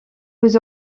aux